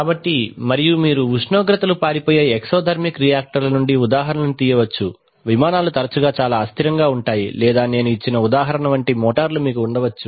కాబట్టి మరియు మీరు ఉష్ణోగ్రతలు పారిపోయే ఎక్సోథర్మిక్ రియాక్టర్ల నుండి ఉదాహరణలను తీయవచ్చు విమానాలు తరచుగా చాలా అస్థిరంగా ఉంటాయి లేదా నేను ఇచ్చిన ఉదాహరణ వంటి మోటార్లు మీకు ఉండవచ్చు